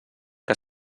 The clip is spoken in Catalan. que